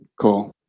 Cool